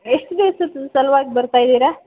ಎಷ್ಟು ದಿವ್ಸದ ಸಲುವಾಗಿ ಬರ್ತಾ ಇದ್ದೀರಾ